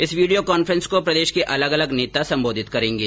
इस video conference को प्रदेश के अलग अलग नेता सम्बोधित करेंगे